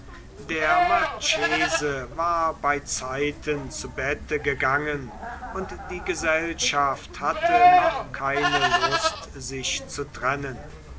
der marchese war beizeiten zu bette gegangen und die gesellschaft hatte noch keine lust sich zu trennen